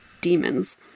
demons